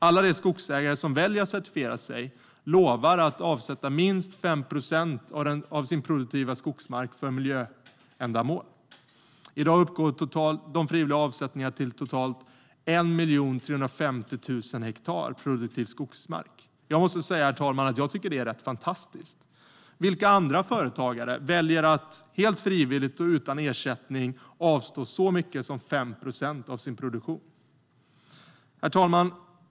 Alla de skogsägare som väljer att certifiera sin skogsfastighet åtar sig att avsätta minst 5 procent av sin produktiva skogsmark för miljöändamål. I dag uppgår de frivilliga ansättningarna till totalt 1 350 000 hektar produktiv skogsmark. Jag måste säga, herr talman, att jag tycker att det är fantastiskt. Vilka andra företagare väljer att helt frivilligt och utan ersättning avstå så mycket som 5 procent av sin produktion? Herr talman!